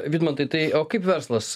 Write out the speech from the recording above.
vidmantai tai o kaip verslas